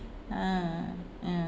ah ah